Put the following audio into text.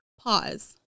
Pause